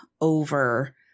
over